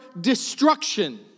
destruction